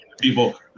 people